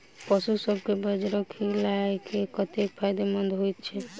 पशुसभ केँ बाजरा खिलानै कतेक फायदेमंद होइ छै?